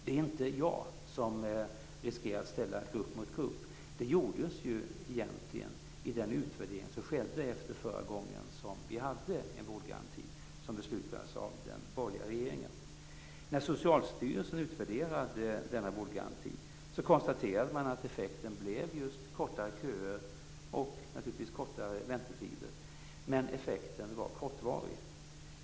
Det är inte jag som riskerar att ställa grupp mot grupp. Det gjordes ju egentligen i den utvärdering som skedde efter att vi förra gången hade en vårdgaranti, som beslutades av den borgerliga regeringen. När Socialstyrelsen utvärderade denna vårdgaranti konstaterade man att effekten blev just kortare köer och kortare väntetider, men effekten var kortvarig.